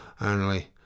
only—